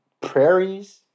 prairies